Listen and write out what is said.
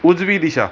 उजवी दिशा